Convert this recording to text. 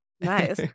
Nice